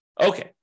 Okay